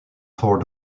four